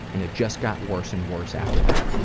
and it just got worse and worse after that.